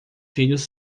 filhos